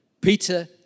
Peter